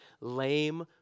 lame